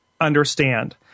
understand